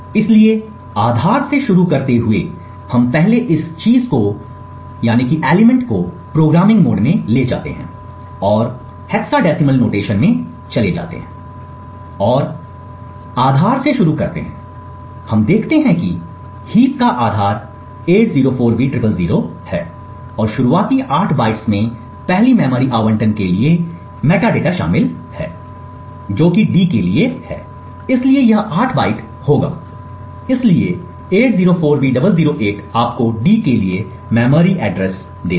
इसलिए आधार से शुरू करते हुए हम पहले इस चीज़ को प्रोग्रामिंग मोड में ले जाते हैं और हेक्साडेसिमल नोटेशन में चले जाते हैं और आधार से शुरू करते हैं और हम देखते हैं कि हीप का आधार 804b000 है और शुरुआती 8 बाइट्स में पहली मेमोरी आवंटन के लिए मेटाडेटा शामिल है जो कि d के लिए है इसलिए यह 8 बाइट होगा इसलिए 804B008 आपको d के लिए मेमोरी एड्रेस देता है